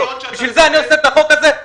לכן אני עושה את החוק הזה.